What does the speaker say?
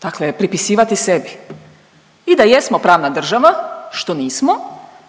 dakle pripisivati sebi i da jesmo pravna država, što nismo,